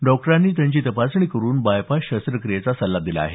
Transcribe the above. डॉक्टरांनी त्यांची तपासणी करून बाय पास शस्त्रक्रियेचा सल्ला दिला आहे